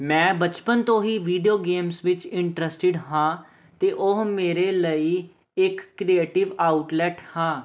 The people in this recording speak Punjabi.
ਮੈਂ ਬਚਪਨ ਤੋਂ ਹੀ ਵੀਡੀਓ ਗੇਮਸ ਵਿੱਚ ਇੰਟਰਸਟਡ ਹਾਂ ਅਤੇ ਉਹ ਮੇਰੇ ਲਈ ਇੱਕ ਕ੍ਰਿਏਟਿਵ ਆਊਟਲੈਟ ਹਾਂ